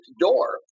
door